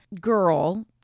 girl